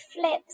flips